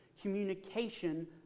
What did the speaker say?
Communication